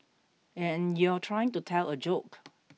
and you're trying to tell a joke